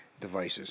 devices